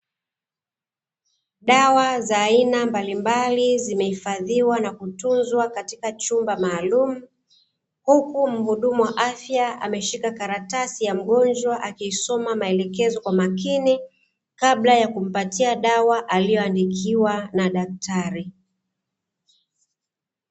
Dawa za aina mbalimbali zimehifadhiwa na kutunzwa katika chumba maalumu. Huku mhudumu wa afya ameshika karatasi ya mgonjwa akisoma maelekezo kwa makini, kabla ya kumpatia dawa aliyoandikiwa na daktari.